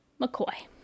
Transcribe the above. McCoy